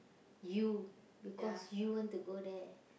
you because you want to go there